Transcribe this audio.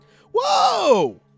Whoa